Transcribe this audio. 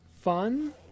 fun